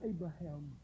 Abraham